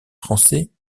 français